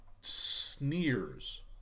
sneers